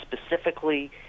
specifically